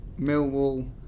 Millwall